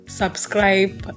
subscribe